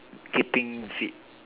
keeping fit